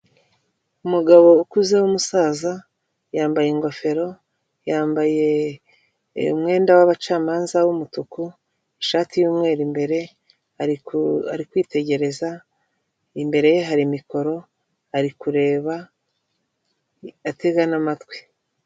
Umugabo ukuze w'umusaza yambaye ingofero yambaye umwenda w'abacamanza w'umutuku, ishati y'umweru imbere ari kwitegereza imbere ye hari mikoro ari kureba atega n'amatwi.